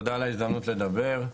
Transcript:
שלום לכולם,